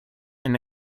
and